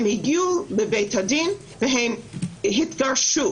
הם הגיעו לבית הדין והם התגרשו.